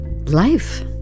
life